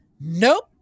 nope